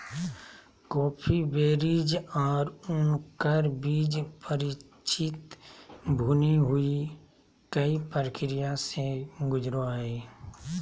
coffee berries और उनकर बीज परिचित भुनी हुई कई प्रक्रिया से गुजरो हइ